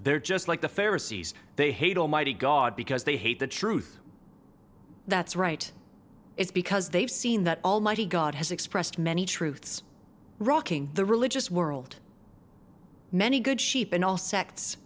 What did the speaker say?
they're just like the farriss they hate almighty god because they hate the truth that's right it's because they've seen that almighty god has expressed many truths rocking the religious world many good sheep in all sects